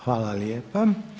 Hvala lijepo.